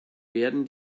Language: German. werden